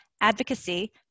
advocacy